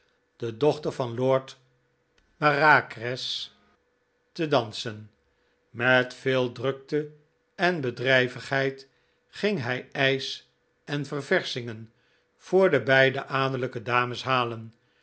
de dochter van lord bareacres te dansen met veel drukte en bedrijvigheid ging hij ijs en ververschingen voor de beide adellijke dames halen